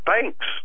thanks